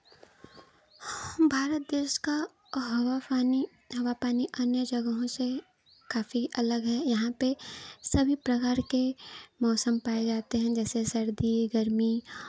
भारत देश का हवा पानी हवा पानी अन्य जगहों से काफ़ी अलग है यहाँ पे सभी प्रकार के मौसम पाए जाते हैं जैसे सर्दी गर्मी